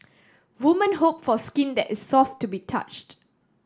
women hope for skin that is soft to be touched